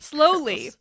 Slowly